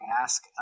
ask